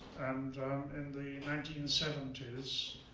and in the nineteen seventy s,